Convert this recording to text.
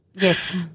Yes